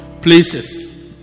places